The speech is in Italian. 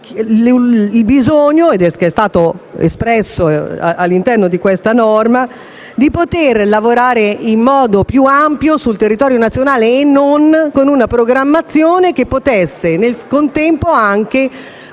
- vi è la necessità espressa all'interno di questa norma, di lavorare in modo più ampio sul territorio nazionale e non con una programmazione che possa nel contempo